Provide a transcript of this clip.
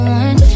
one